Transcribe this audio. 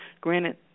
granted